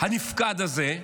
הנפקד הזה,